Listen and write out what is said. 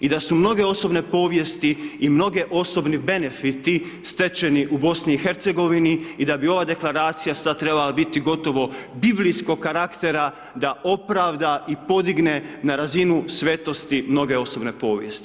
I da su mnoge osobne povijesti i mnogi osobni benefiti stečeni u BIH i da bi ova Deklaracija sad trebala biti gotovo biblijskog karaktera da opravda i podigne na razinu svetosti mnoge osobne povijesti.